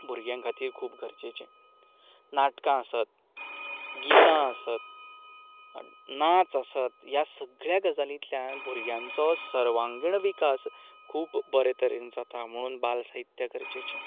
भुरग्यां खातीर खूब गरजेचें नाटकां आसत गितां आसत नाच आसत ह्या सगळ्यां गजालींतल्यान भुरग्यांचो सर्वांगण विकास खूब बरे तरेन जाता म्हूण बाल साहित्य गरजेचें